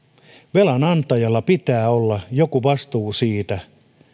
velanantajalla pitää olla joku vastuu siitä